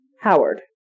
Howard